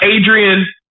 Adrian